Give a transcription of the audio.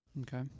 Okay